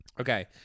Okay